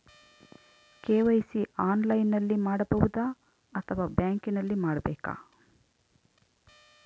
KYC ಆನ್ಲೈನಲ್ಲಿ ಮಾಡಬಹುದಾ ಅಥವಾ ಬ್ಯಾಂಕಿನಲ್ಲಿ ಮಾಡ್ಬೇಕಾ?